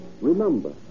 Remember